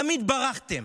תמיד ברחתם.